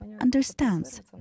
understands